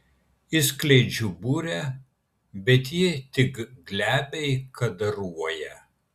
išskleidžiu burę bet ji tik glebiai kadaruoja